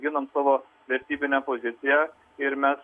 ginam savo vertybinę poziciją ir mes